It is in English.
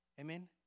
Amen